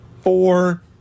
four